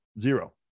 Zero